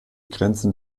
grenzen